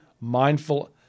mindful